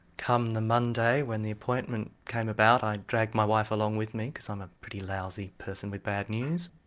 come the monday when the appointment came about i dragged my wife along with me, because i'm a pretty lousy person with bad news.